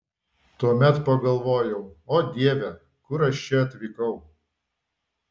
tuomet pagalvojau o dieve kur aš čia atvykau